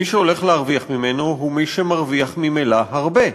מי שהולך להרוויח ממנו הוא מי שמרוויח ממילא הרבה.